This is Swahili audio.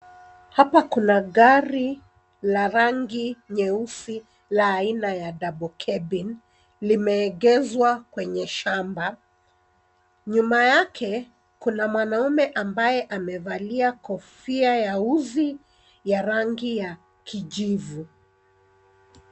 Hapa kuna gari la rangi nyeusi la aina ya double cabin limeegezwa kwenye shamba. Nyuma yake kuna mwanaume ambaye amevalia kofia ya uzi ya rangi ya kijivu.